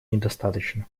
недостаточно